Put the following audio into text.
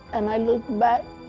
and i looked back,